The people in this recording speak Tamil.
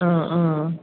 ஆ ஆ